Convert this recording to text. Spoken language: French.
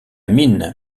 mine